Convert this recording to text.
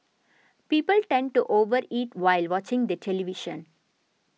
people tend to over eat while watching the television